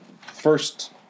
first